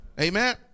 Amen